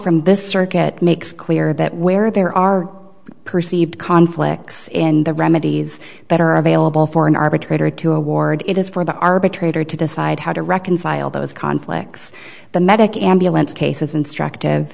from this circuit makes clear that where there are perceived conflicts in the remedies that are available for an arbitrator to award it is for the arbitrator to decide how to reconcile those conflicts the medic ambulance case is instruct